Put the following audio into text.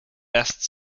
best